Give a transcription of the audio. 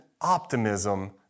optimism